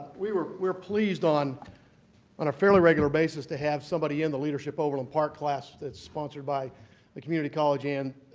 we were were pleased on on a fairly regular basis to have somebody in the leadership overland park class that's sponsored by the community college and